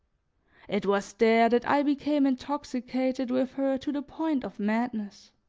it was there that i became intoxicated with her to the point of madness.